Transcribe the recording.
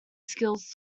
skills